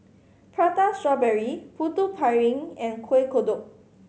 Prata Strawberry Putu Piring and Kueh Kodok